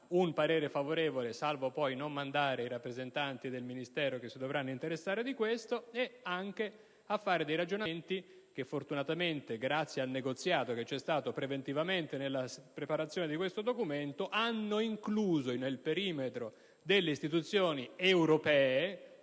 un parere favorevole, salvo poi non mandare i rappresentanti del Ministero che si dovranno interessare di questo, e a fare dei ragionamenti che fortunatamente, grazie al negoziato che si è svolto preventivamente nella preparazione di questo documento, hanno incluso il tema nel perimetro delle istituzioni europee,